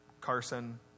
Carson